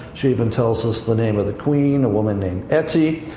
she even tells us the name of the queen, a woman named ati.